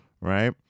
Right